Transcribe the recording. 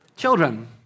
Children